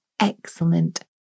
excellent